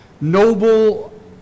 noble